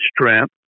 strength